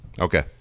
Okay